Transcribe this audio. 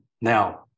now